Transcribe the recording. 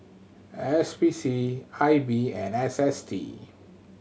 S P C I B and S S T